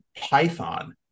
python